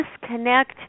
disconnect